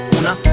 una